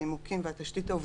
הנימוקים והתשתית העובדתית.